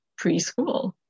preschool